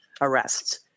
arrests